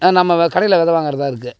நம்ம கடையில் வித வாங்கிறதா இருக்குது